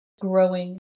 growing